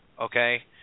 okay